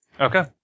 Okay